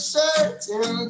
certain